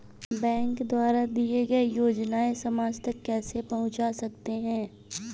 Bank द्वारा दिए गए योजनाएँ समाज तक कैसे पहुँच सकते हैं?